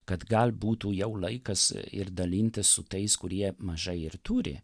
kad gal būtų jau laikas ir dalintis su tais kurie mažai ir turi